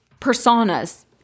personas